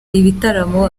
ibitaramo